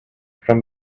from